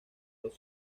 los